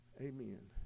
Amen